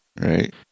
Right